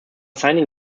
signing